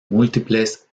múltiples